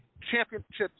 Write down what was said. championships